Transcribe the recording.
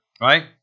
right